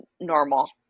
normal